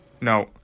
No